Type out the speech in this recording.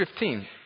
15